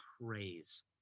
praise